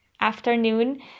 afternoon